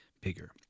bigger